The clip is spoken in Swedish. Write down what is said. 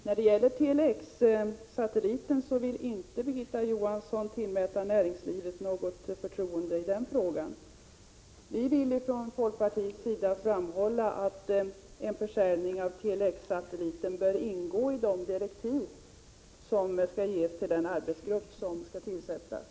När det gäller Tele-X-satelliten vill inte Birgitta Johansson tillmäta näringslivet något förtroende. Vi vill från folkpartiets sida framhålla att en försäljning av Tele-X-satelliten bör ingå i de direktiv som skall ges till den arbetsgrupp som skall tillsättas.